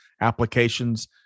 applications